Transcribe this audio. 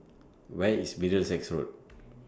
Where IS Middlesex Road